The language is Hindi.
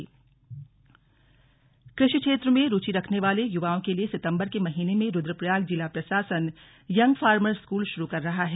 यंग फॉर्मर स्कूल कृषि क्षेत्र में रुचि रखने वाले युवाओं के लिए सितंबर के महीने में रुद्रप्रयाग जिला प्रशासन यंग फार्मर स्कूल शुरू कर रहा है